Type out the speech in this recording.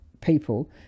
people